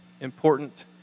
important